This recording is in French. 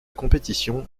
compétition